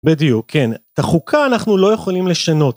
בדיוק, כן, תחוקה אנחנו לא יכולים לשנות.